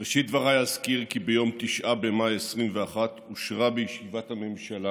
בראשית דבריי אזכיר כי ביום 9 במאי 2021 אושרה בישיבת הממשלה